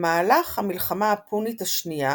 במהלך המלחמה הפונית השנייה,